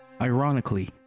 Ironically